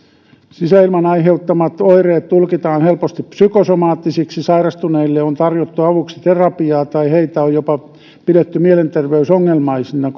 sisäilman aiheuttamat oireet tulkitaan helposti psykosomaattisiksi sairastuneille on tarjottu avuksi terapiaa tai heitä on jopa pidetty mielenterveysongelmaisina